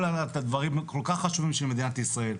הדברים הכל כך חשובים של מדינת ישראל,